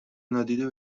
نادیده